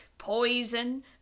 poison